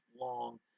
long